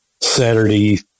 Saturday